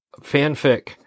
fanfic